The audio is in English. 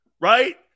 Right